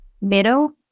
middle